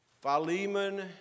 Philemon